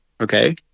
okay